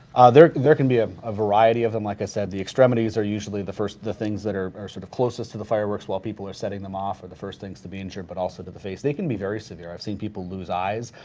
there there can be ah a variety of them, like i said the extremities are usually the first things that are are sort of closest to the fireworks while people are setting them off, or the first things to be injured but also to the face. they can very severe. i've seen people lose eyes,